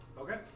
Okay